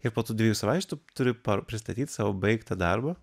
ir po tų dviejų savaičių tu turi pristatyt savo baigtą darbą